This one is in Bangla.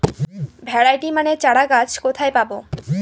ভ্যারাইটি মানের চারাগাছ কোথায় পাবো?